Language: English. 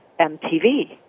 MTV